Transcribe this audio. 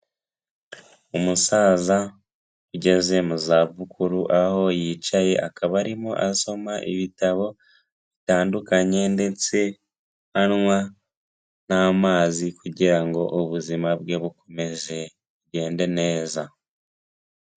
Umusaza ugeze mu za bukuru, aho yicaye akaba arimo asoma ibitabo bitandukanye, ndetse anywa n'amazi kugira ngo ubuzima bwe bukomeze bugende neza.